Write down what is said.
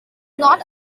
not